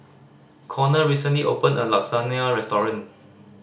Konner recently opened a Lasagna Restaurant